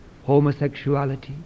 Homosexuality